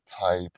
type